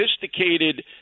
sophisticated